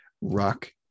rock